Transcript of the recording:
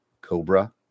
Cobra